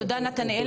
תודה, נתנאל.